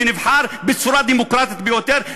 שנבחר בצורה דמוקרטית ביותר,